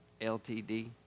LTD